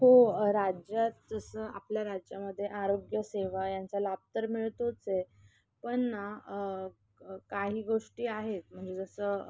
हो राज्यात जसं आपल्या राज्यामध्ये आरोग्य सेवा यांचा लाभ तर मिळतोच आहे पण ना काही गोष्टी आहेत म्हणजे जसं